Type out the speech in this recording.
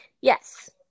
Yes